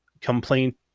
complaint